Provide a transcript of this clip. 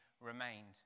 remained